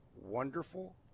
wonderful